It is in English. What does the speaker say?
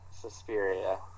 Suspiria